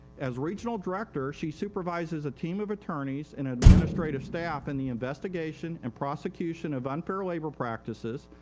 as regional director she supervises a team of attorneys and administrative staff in the investigation and prosecution of unfair labor practices,